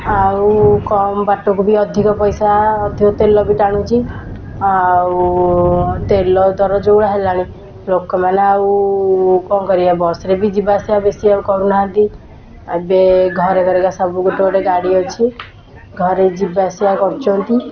ଆଉ କମ୍ ବାଟକୁ ବି ଅଧିକ ପଇସା ଅଧିକ ତେଲ ବି ଟାଣୁଛି ଆଉ ତେଲ ଦର ଯେଉଁ ଭଳିଆ ହେଲାଣି ଲୋକମାନେ ଆଉ କଣ କରିବେ ବସ୍ରେ ବି ଯିବା ଆସିବା ବେଶୀ ଆଉ କରୁନାହାନ୍ତି ଏବେ ଘରେ ଘରେକା ସବୁ ଗୋଟେ ଗୋଟେ ଗାଡ଼ି ଅଛି ଘରେ ଯିବା ଆସିବା କରୁଛନ୍ତି